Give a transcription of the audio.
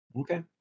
Okay